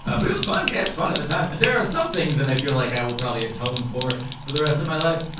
ah but it was fun. and it's fun at the time. there are some things that i feel like i will probably atone for for the rest of my life.